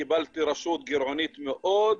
קיבלתי רשות גירעונית מאוד,